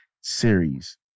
series